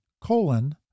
colon